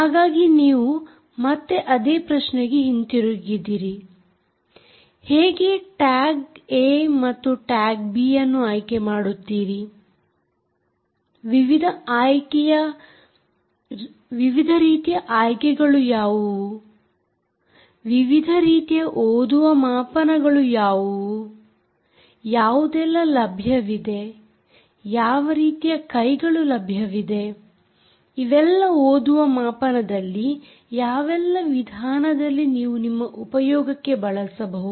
ಹಾಗಾಗಿ ನೀವು ಮತ್ತೆ ಅದೇ ಪ್ರಶ್ನೆಗೆ ಹಿಂತಿರುಗಿದಿರಿ ಹೇಗೆ ಟ್ಯಾಗ್ ಏ ಮತ್ತು ಟ್ಯಾಗ್ ಬಿ ಅನ್ನು ಆಯ್ಕೆ ಮಾಡುತ್ತೀರಿ ವಿವಿಧ ರೀತಿಯ ಆಯ್ಕೆಗಳು ಯಾವುವು ವಿವಿಧ ರೀತಿಯ ಓದುವ ಮಾಪನಗಳು ಯಾವುವು ಯಾವುದೆಲ್ಲ ಲಭ್ಯವಿದೆ ಯಾವ ರೀತಿಯ ಕೈಗಳು ಲಭ್ಯವಿದೆ ಇವೆಲ್ಲ ಓದುವ ಮಾಪನದಲ್ಲಿ ಯಾವೆಲ್ಲ ವಿಧಾನದಲ್ಲಿ ನೀವು ನಿಮ್ಮ ಉಪಯೋಗಕ್ಕೆ ಬಳಸಬಹುದು